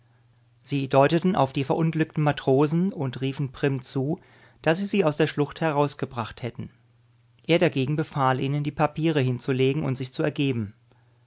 sie deuteten auf die verunglückten matrosen und riefen prim zu daß sie sie aus der schlucht herausgebracht hätten er dagegen befahl ihnen die papiere hinzulegen und sich zu ergeben